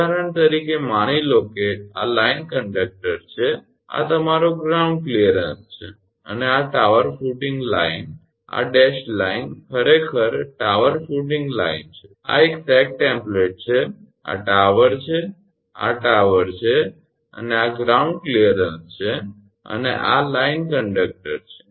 ઉદાહરણ તરીકે માની લો કે આ લાઇન કંડક્ટર છે અને આ તમારો ગ્રાઉન્ડ ક્લિયરન્સ છે અને આ ટાવર ફુટિંગ લાઇન આ ડેશેડ લાઇન ખરેખર ટાવર ફુટિંગ લાઇન છે આ એક સેગ ટેમ્પ્લેટ છે આ ટાવર છે આ ટાવર છે અને આ ગ્રાઉન્ડ ક્લિયરન્સ છે અને આ લાઈન કંડક્ટર છે